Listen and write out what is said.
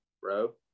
bro